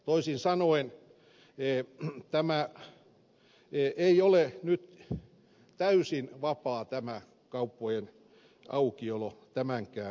toisin sanoen ei ole nyt täysin vapaa tämä kauppojen aukiolo tämänkään jälkeen